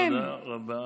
תודה רבה.